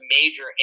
major